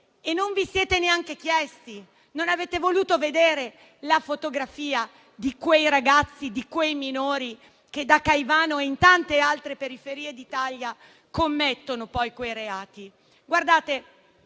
che ci sia una vittima. Non avete voluto vedere la fotografia di quei ragazzi e di quei minori che a Caivano e in tante altre periferie d'Italia commettono poi quei reati.